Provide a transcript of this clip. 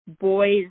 boys